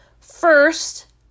first